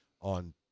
on